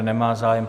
Nemá zájem.